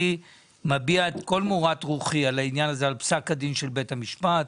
אני מביע את כל מורת רוחי על פסק הדין של בית המשפט.